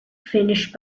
finish